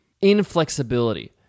inflexibility